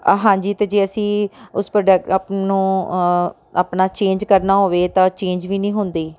ਆ ਹਾਂਜੀ ਅਤੇ ਜੇ ਅਸੀਂ ਉਸ ਪ੍ਰੋਡਕ ਅਪ ਨੂੰ ਆਪਣਾ ਚੇਂਜ ਕਰਨਾ ਹੋਵੇ ਤਾਂ ਚੇਂਜ ਵੀ ਨਹੀਂ ਹੁੰਦੀ